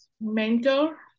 mentor